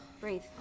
Breathe